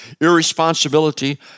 Irresponsibility